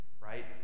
right